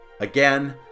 Again